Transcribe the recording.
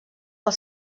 pel